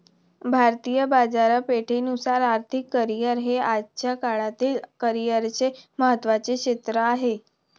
भारतीय बाजारपेठेनुसार आर्थिक करिअर हे आजच्या काळातील करिअरचे महत्त्वाचे क्षेत्र आहे